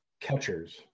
catchers